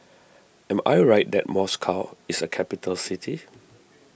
am I right that Moscow is a capital city